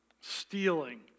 stealing